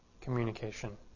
communication